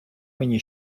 мені